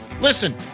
listen